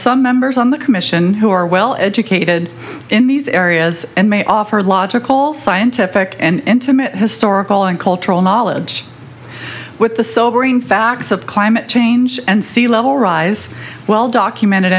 some members on the commission who are well educated in these areas and may offer logical scientific and intimate historical and cultural knowledge with the sobering facts of climate change and sea level rise well documented